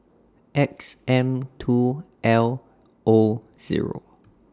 X M two L O Zero